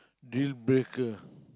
deal breaker